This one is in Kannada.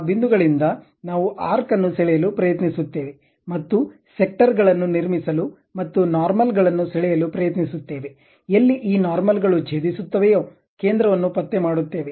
ಆ ಬಿಂದುಗಳಿಂದ ನಾವು ಆರ್ಕ್ ಅನ್ನು ಸೆಳೆಯಲು ಪ್ರಯತ್ನಿಸುತ್ತೇವೆ ಮತ್ತು ಸೆಕ್ಟರ್ ಗಳನ್ನು ನಿರ್ಮಿಸಲು ಮತ್ತು ನಾರ್ಮಲ್ ಗಳನ್ನು ಸೆಳೆಯಲು ಪ್ರಯತ್ನಿಸುತ್ತೇವೆ ಎಲ್ಲಿ ಈ ನಾರ್ಮಲ್ಗಳು ಛೇದಿಸುತ್ತವೆಯೋ ಕೇಂದ್ರವನ್ನು ಪತ್ತೆ ಮಾಡುತ್ತೇವೆ